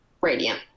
radiant